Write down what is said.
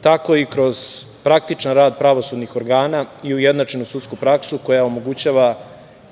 tako i kroz praktičan rad pravosudnih organa i ujednačenu sudsku praksu koja omogućava